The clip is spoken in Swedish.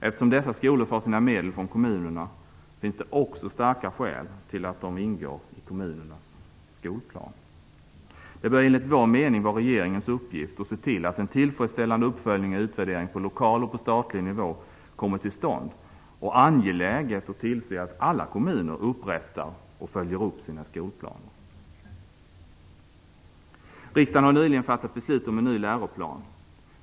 Eftersom dessa skolor får sina medel från kommunerna finns det också starka skäl till att de ingår i kommunernas skolplaner. Det bör enligt vår mening vara regeringens uppgift att se till att en tillfredsställande uppföljning och utvärdering på lokal och på statlig nivå kommer till stånd. Det är angeläget att man tillser att alla kommuner upprättar och följer upp sina skolplaner. Riksdagen har nyligen fattat beslut om en ny läroplan.